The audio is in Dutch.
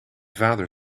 vader